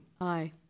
Aye